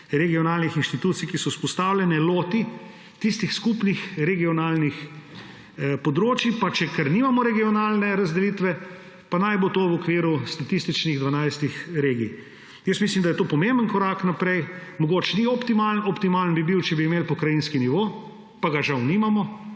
regionalnih inštitucij, ki so vzpostavljene, loti tistih skupnih regionalnih področij, ker nimamo regionalne razdelitve, pa naj bo to v okviru 12 statističnih regij. Mislim, da je to pomemben korak naprej. Mogoče ni optimalen, optimalen bi bil, če bi imeli pokrajinski nivo, pa ga žal nimamo.